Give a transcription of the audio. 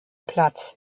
platz